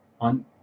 on